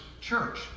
church